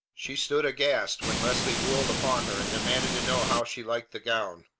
she stood aghast when leslie whirled upon her and demanded to know how she liked the gown.